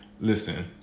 Listen